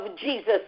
Jesus